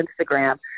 Instagram